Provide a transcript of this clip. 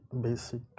basic